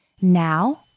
Now